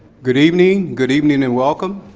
good evening. good evening and welcome.